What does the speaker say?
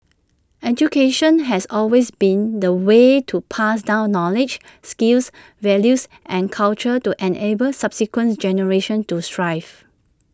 education has always been the way to pass down knowledge skills values and culture to enable subsequent generations to thrive